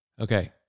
Okay